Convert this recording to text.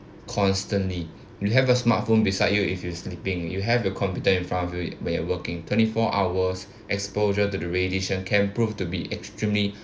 constantly we have a smartphone beside you if you sleeping you have the computer in front of you when you're working twenty four hours exposure to the radiation can prove to be extremely